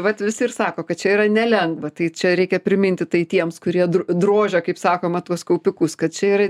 vat visi ir sako kad čia yra nelengva tai čia reikia priminti tai tiems kurie drožia kaip sakoma tuos kaupikus kad čia yra